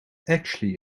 actually